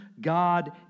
God